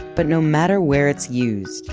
but no matter where it's used,